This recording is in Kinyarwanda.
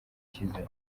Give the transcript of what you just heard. icyizere